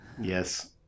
Yes